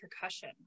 percussion